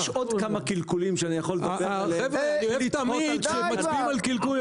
יש עוד כמה קלקולים שאני יכול לדבר עליהם ----- די כבר.